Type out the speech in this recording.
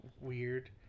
weird